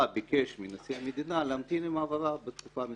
ביקש מנשיא המדינה להמתין עם ההעברה בתקופה מסוימת.